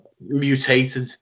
mutated